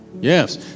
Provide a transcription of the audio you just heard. Yes